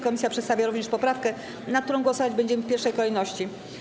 Komisja przedstawia również poprawkę, nad którą głosować będziemy w pierwszej kolejności.